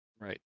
right